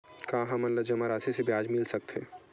का हमन ला जमा राशि से ब्याज मिल सकथे?